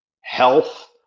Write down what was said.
health